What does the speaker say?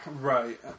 Right